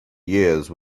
years